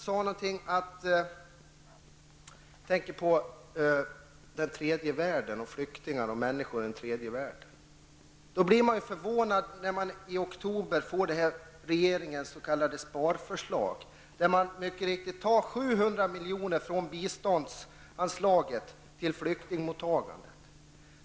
Maud Björnemalm sade något om flyktingarna och människorna i tredje världen. Man blev därför förvånad över regeringens s.k. sparförslag i oktober, där regeringen tar bort 700 milj.kr. från biståndsanslaget och för över dem till flyktingmottagandet.